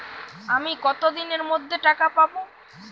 আমি কতদিনের মধ্যে টাকা পাবো?